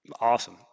awesome